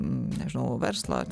nežinau verslo